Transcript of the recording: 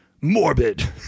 Morbid